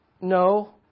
No